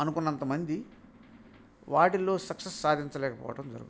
అనుకున్నంత మంది వాటిల్లో సక్సెస్ సాధించలేకపోవటం జరుగుతుంది